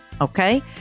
Okay